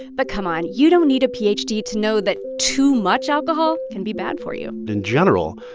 but come on. you don't need a ph d. to know that too much alcohol can be bad for you in general,